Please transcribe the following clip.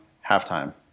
half-time